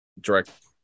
direct